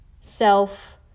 self